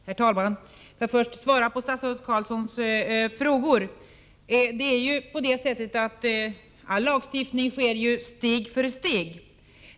Herr talman! Får jag först svara på statsrådet Carlssons frågor. Det är ju på det sättet att all lagstiftning sker steg för steg.